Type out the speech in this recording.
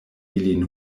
ilin